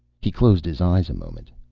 he closed his eyes a moment.